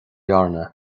airne